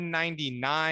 199